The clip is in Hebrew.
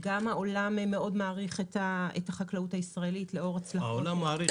גם העולם מעריך מאוד את החקלאות הישראלית לאור הצלחותיה.